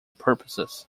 purposes